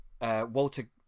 Walter